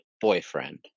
Boyfriend